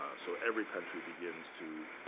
ah so every country begins to